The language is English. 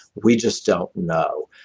we just don't know.